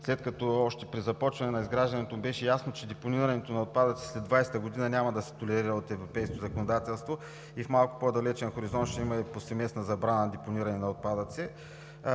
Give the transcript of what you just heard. след като още при започване на изграждането беше ясно, че депонирането на отпадъците след 2020 г. няма да се толерира от европейското законодателство и в малко по-далечен хоризонт ще има и повсеместна забрана за депониране на отпадъци?